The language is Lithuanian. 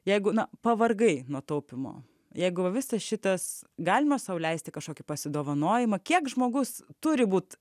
jeigu pavargai nuo taupymo jeigu va visas šitas galima sau leisti kažkokį pasidovanojimą kiek žmogus turi būt